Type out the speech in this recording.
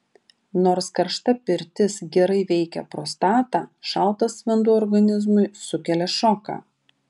nors karšta pirtis gerai veikia prostatą šaltas vanduo organizmui sukelia šoką